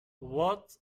what